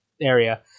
area